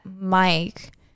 Mike